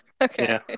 Okay